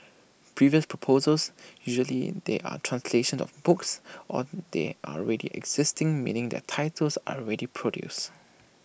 previous proposals usually they are translations of books or they are already existing meaning their titles are already produced